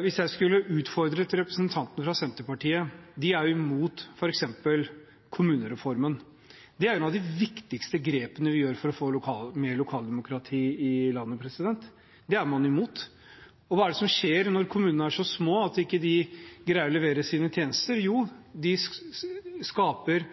Hvis jeg skulle utfordret representanten fra Senterpartiet: De er imot f.eks. kommunereformen. Det er jo et av de viktigste grepene vi gjør for å få mer lokaldemokrati i landet. Det er man imot. Og hva er det som skjer når kommunene er så små at de ikke greier å levere tjenester? Jo, de skaper